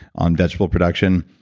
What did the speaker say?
on vegetable production,